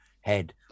head